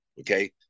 Okay